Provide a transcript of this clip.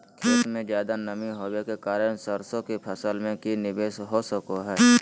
खेत में ज्यादा नमी होबे के कारण सरसों की फसल में की निवेस हो सको हय?